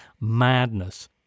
Madness